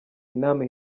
inama